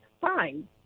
fine